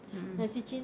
mm mm